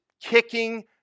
kicking